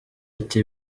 ati